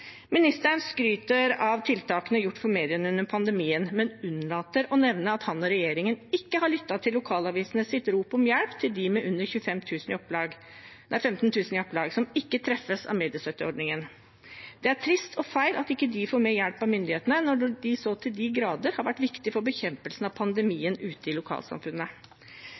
Ministeren skryter av tiltakene gjort for mediene under pandemien, men unnlater å nevne at han og regjeringen ikke har lyttet til lokalavisenes rop om hjelp til dem med under 15 000 i opplag, som ikke treffes av mediestøtteordningen. Det er trist og feil at de ikke får mer hjelp av myndighetene når de så til de grader har vært viktige for bekjempelsen av pandemien ute i lokalsamfunnene.